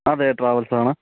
അതെ ട്രാവൽസാണ്